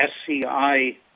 SCI